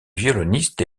violoniste